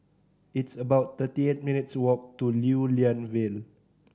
it's about thirty eight minutes' walk to Lew Lian Vale